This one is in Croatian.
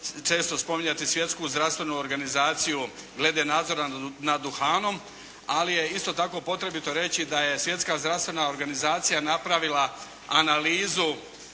često spominjati Svjetsku zdravstvenu organizaciju glede nadzora nad duhanom, ali je isto tako potrebito reći da je Svjetska zdravstvena organizacija napravila analizu